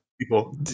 people